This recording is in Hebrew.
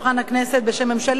בשם ממשלת ישראל,